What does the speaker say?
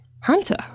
hunter